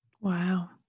Wow